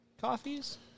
coffees